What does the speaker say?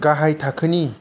गाहाय थाखोनि